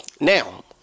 now